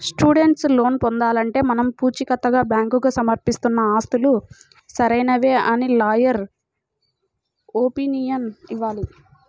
student loan పొందాలంటే మనం పుచీకత్తుగా బ్యాంకుకు సమర్పిస్తున్న ఆస్తులు సరైనవే అని లాయర్ ఒపీనియన్ ఇవ్వాలి